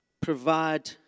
provide